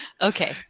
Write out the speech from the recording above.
okay